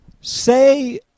say